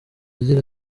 agira